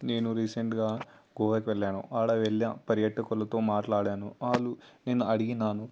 నేను రీసెంట్గా గోవాకి వెళ్ళాను అక్కడ వెళ్ళాను పర్యాటకులతో మాట్లాడాను వాళ్ళు నేను అడిగినాను